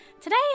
Today